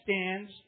stands